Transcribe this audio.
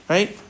Right